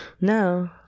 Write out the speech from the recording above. no